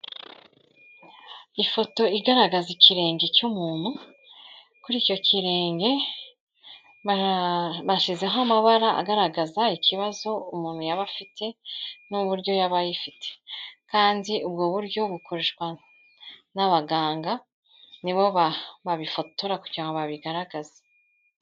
Ifoto igaragaza ikirenge cy'umuntu, kuri icyo kirenge bashyizeho amabara agaragaza ikibazo umuntu yaba afite n'uburyo yaba agifite, kandi ubwo buryo bukoreshwa n'abaganga ni bo babifotora kugira ngo babigaragaze.